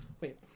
Wait